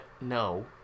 no